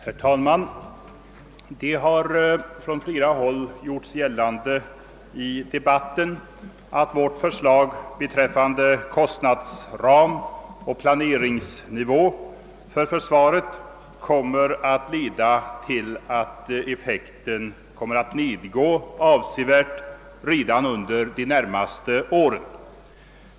Herr talman! Det har från flera håll gjorts gällande i debatten att vårt förslag till kostnadsram och planeringsnivå för försvaret kommer att leda till att dettas effekt sjunker avsevärt redan under de närmaste åren.